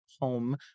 home